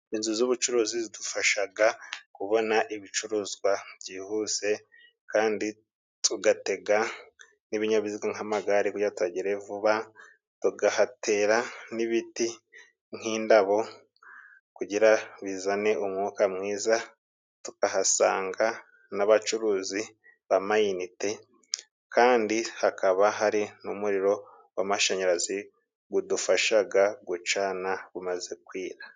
Inzu z'ubucuruzi zidufashaga kubona ibicuruzwa byihuse, kandi tugatega nk'ibinyabiziga nk'amagare kugira ngo tuhagere vuba. Tukahatera n'ibiti nk'indabo kugira bizane umwuka mwiza. Tukahasanga n'abacuruzi b'amayinite, kandi hakaba hari n'umuriro w'amashanyarazi gadufashaga gucana bumaze kwira.